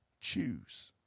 choose